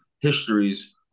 histories